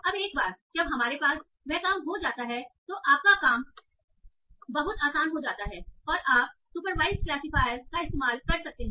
अब एक बार जब हमारे पास वह काम हो जाता है तो आपका काम बहुत आसान हो जाता है और आप सुपरवाइजड क्लासीफायर का इस्तेमाल कर सकते हैं